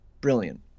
brilliant